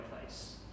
place